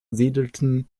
siedelten